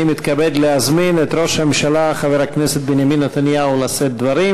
אני מתכבד להזמין את ראש הממשלה חבר הכנסת בנימין נתניהו לשאת דברים.